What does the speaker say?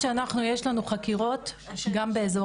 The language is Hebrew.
אני יודעת שיש לנו חקירות גם באזור